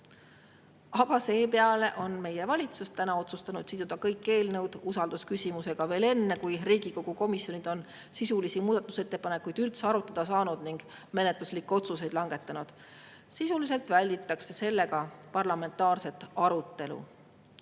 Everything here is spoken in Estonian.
Aga seepeale on meie valitsus otsustanud siduda kõik eelnõud usaldusküsimusega veel enne, kui Riigikogu komisjonid on sisulisi muudatusettepanekuid üldse arutada saanud ning menetluslikke otsuseid langetanud. Sisuliselt välditakse sellega parlamentaarset arutelu.